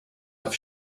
have